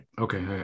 Okay